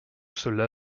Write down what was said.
cela